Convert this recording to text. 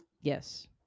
Yes